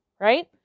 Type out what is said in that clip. right